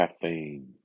caffeine